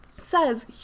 says